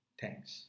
Thanks